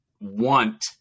want